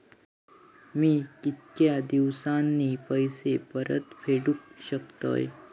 मी कीतक्या दिवसांनी पैसे परत फेडुक शकतय?